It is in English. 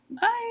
Bye